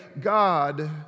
God